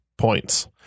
points